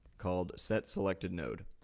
called setselectednode.